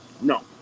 No